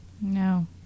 No